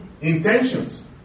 intentions